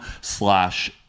slash